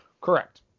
Correct